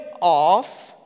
off